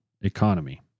economy